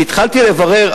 וכשהתחלתי לברר,